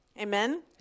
Amen